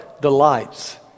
delights